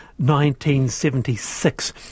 1976